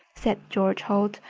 said george holt.